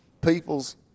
peoples